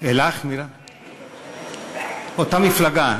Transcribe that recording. אותה מפלגה.